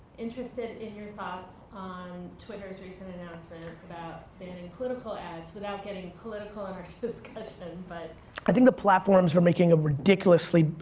interested in your thoughts on twitter's recent announcement about banning political ads, without getting political in our discussion but i think the platforms are making a ridiculously,